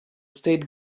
state